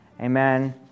Amen